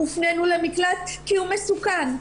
הופנינו למקלט כי הוא מסוכן.